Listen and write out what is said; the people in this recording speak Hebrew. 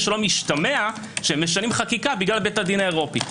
ישתמע שמשנים חקיקה בגלל בית הדין האירופי.